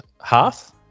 half